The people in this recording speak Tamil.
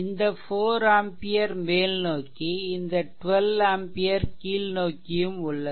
இந்த 4 ஆம்பியர் மேல்நோக்கி இந்த 12 ஆம்பியர் கீழ்நோக்கியும் உள்ளது